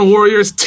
Warriors